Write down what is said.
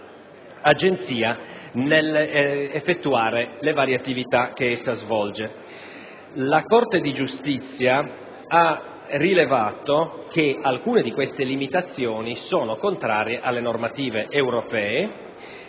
La Corte di giustizia ha rilevato che alcune di queste limitazioni sono contrarie alle normative europee.